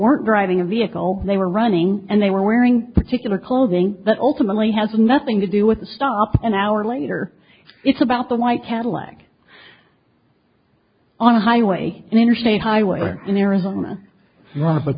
weren't driving a vehicle they were running and they were wearing particular clothing that ultimately has nothing to do with the stop an hour later it's about the white cadillac on a highway interstate highway in arizona